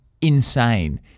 insane